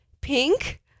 Pink